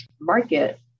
market